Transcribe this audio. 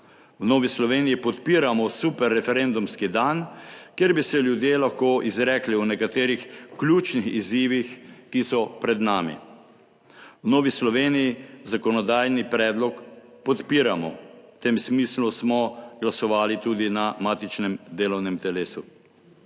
V Novi Sloveniji podpiramo super referendumski dan, kjer bi se ljudje lahko izrekli o nekaterih ključnih izzivih, ki so pred nami. V Novi Sloveniji zakonodajni predlog podpiramo. V tem smislu smo glasovali tudi na matičnem delovnem telesu.